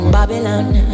Babylon